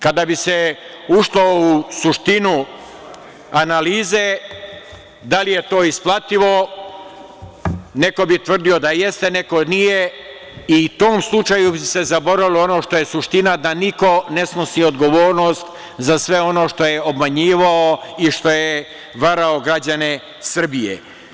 Kada bi se ušlo u suštinu analize da li je to isplatilo, neko bi tvrdio da jeste, neko da nije i u tom slučaju bi se zaboravili ono što je suština da niko ne snosi odgovornost za sve ono što je obmanjivao i što je varao građane Srbije.